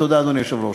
תודה, אדוני היושב-ראש.